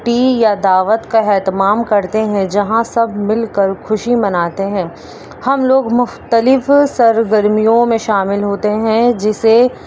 T یا دعوت کا ہیتمام کرتے ہیں جہاں سب مل کر خوشی مناتے ہیں ہم لوگ مختلف سرگرمیوں میں شامل ہوتے ہیں جسے